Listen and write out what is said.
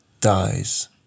dies